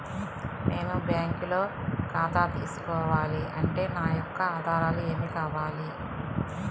నేను బ్యాంకులో ఖాతా తీసుకోవాలి అంటే నా యొక్క ఆధారాలు ఏమి కావాలి?